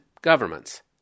governments